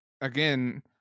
again